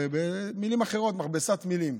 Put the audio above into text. במילים אחרות, מכבסת מילים.